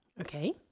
Okay